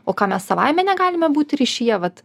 o ką mes savaime negalime būti ryšyje vat